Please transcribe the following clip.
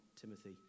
Timothy